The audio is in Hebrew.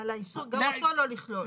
גם אותו לא לכלול.